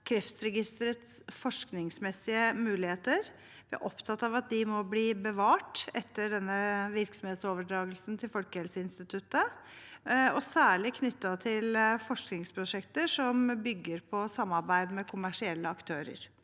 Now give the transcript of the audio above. Kreftregisterets forskningsmessige muligheter. Vi er opptatt av at de må bli bevart etter virksomhetsoverdragelsen til Folkehelseinstituttet, og særlig knyttet til forskningsprosjekter som bygger på samarbeid med kommersielle aktører.